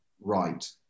right